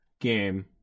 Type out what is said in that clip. game